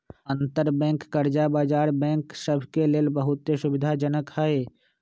अंतरबैंक कर्जा बजार बैंक सभ के लेल बहुते सुविधाजनक हइ